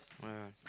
ah yeah